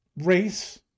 Race